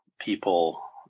people